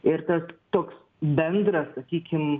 ir tas toks bendras sakykim